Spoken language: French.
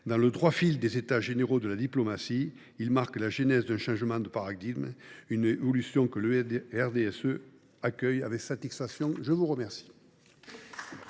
Dans le droit fil des États généraux de la diplomatie, il marque la genèse d’un changement de paradigme, évolution que le groupe du RDSE accueille avec satisfaction. La parole